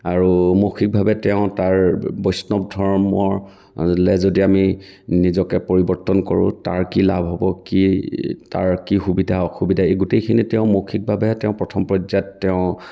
আৰু মৌখিকভাৱে তেওঁ তাৰ বৈষ্ণৱ ধৰ্মলৈ যদি আমি নিজকে পৰিৱৰ্তন কৰোঁ তাৰ কি লাভ হ'ব কি তাৰ কি সুবিধা অসুবিধা এই গোটেইখিনি তেওঁ মৌখিকভাৱে তেওঁ প্ৰথম পৰ্যায়ত তেওঁ